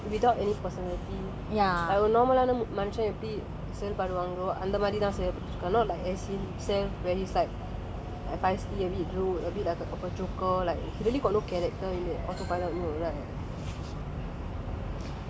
eh autopilot lives like without any personality அவ:ava normal ஆன மனுசன் எப்படி செயல்படுவான்களோ அந்த மாறி தான் செயல்பட்டு இருக்கான்:aana manusan eppadi seyalpaduvaankalo antha maari thaan seyalpattu irukkaan not like M_C him self where is like files the withdraw a bit like a like he really got no character autopilot mode right